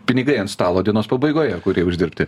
pinigai ant stalo dienos pabaigoje kurie uždirbti